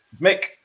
Mick